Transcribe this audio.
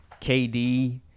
KD